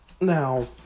Now